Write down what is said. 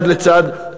זה לצד זה,